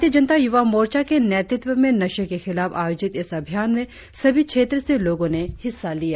भारतीय जनता युवा मोर्चा के नेतृत्व में नशे के खिलाफ आयोजित इस अभियान में सभी क्षेत्र से लोगों ने हिस्सा लिया